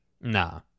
Nah